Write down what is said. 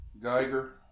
Geiger